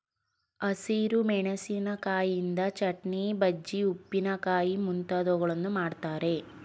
ಹಸಿರು ಮೆಣಸಿಕಾಯಿಯಿಂದ ಚಟ್ನಿ, ಬಜ್ಜಿ, ಉಪ್ಪಿನಕಾಯಿ ಮುಂತಾದವುಗಳನ್ನು ಮಾಡ್ತರೆ